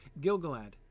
Gilgalad